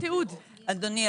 אדוני,